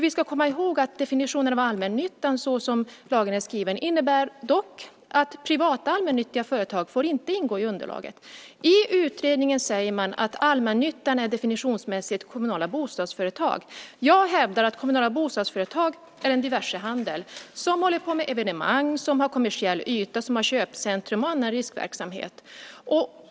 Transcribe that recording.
Vi ska komma ihåg att definitionen av allmännyttan såsom lagen är skriven är att privata allmännyttiga företag inte får ingå i underlaget. I utredningen säger man att allmännyttan definitionsmässigt är kommunala bostadsföretag. Jag hävdar att kommunala bostadsföretag är en diversehandel som håller på med evenemang, som har kommersiell yta, som har köpcentrum och annan riskverksamhet.